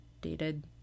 dated